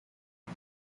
ill